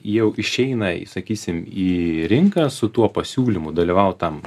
jau išeina į sakysim į rinką su tuo pasiūlymu dalyvaut tam